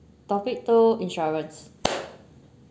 topic two insurance